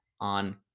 on